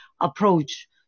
approach